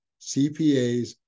CPAs